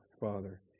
Father